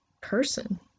person